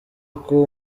uko